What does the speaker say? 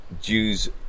Jews